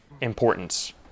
importance